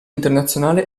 internazionale